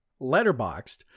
Letterboxed